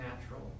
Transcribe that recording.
natural